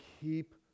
keep